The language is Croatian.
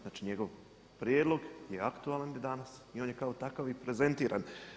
Znači, njegov prijedlog je aktualan i danas i on je kao takav i prezentiran.